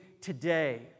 today